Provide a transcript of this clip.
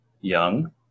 young